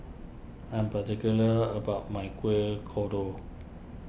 I am particular about my Kuih Kodok